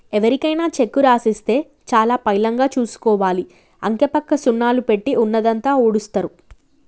ఎవరికైనా చెక్కు రాసిస్తే చాలా పైలంగా చూసుకోవాలి, అంకెపక్క సున్నాలు పెట్టి ఉన్నదంతా ఊడుస్తరు